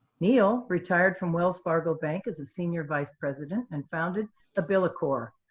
neil retired from wells fargo bank as a senior vice president and founded abilicorp,